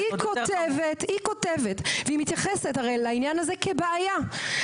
עד שייכנס האזוק האלקטרוני,